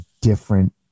different